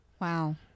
Wow